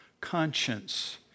conscience